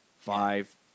five